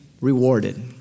rewarded